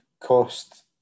cost